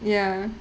ya